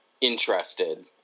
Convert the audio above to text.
interested